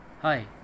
Hi